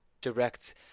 direct